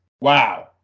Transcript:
Wow